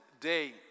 day